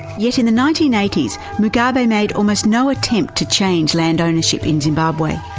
yet in the nineteen eighty s mugabe made almost no attempt to change land ownership in zimbabwe.